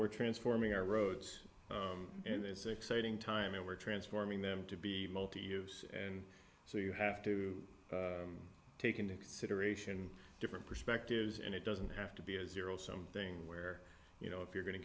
we're transforming our roads and it's exciting time and we're transforming them to be multi use and so you have to take into consideration different perspectives and it doesn't have to be a zero sum thing where you know if you're going to